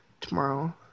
tomorrow